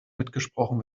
mitgesprochen